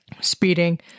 speeding